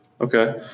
Okay